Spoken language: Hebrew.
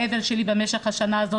באבל שלי במשך השנה הזאת,